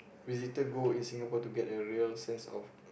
visitor go in Singapore to get a real sense of